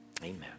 Amen